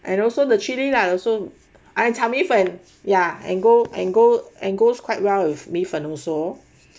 and also the chilli lah also !aiya! 炒米粉 ya and go and go and goes quite well with 米粉 also